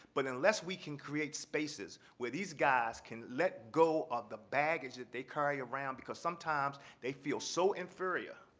but unless we can create spaces where these guys can let go of the baggage that they carry around, because sometimes they feel so inferior,